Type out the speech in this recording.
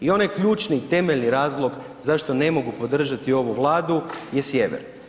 I onaj ključni temeljni razlog zašto ne mogu podržati ovu Vladu je sjever.